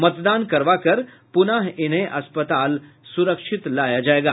मतदान करवाकर पुनः इन्हें अस्पताल सुरक्षित लाया जायेगा